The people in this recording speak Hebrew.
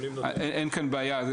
אין כאן בעיה.